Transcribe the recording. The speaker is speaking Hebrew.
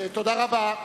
המיועד, תודה רבה.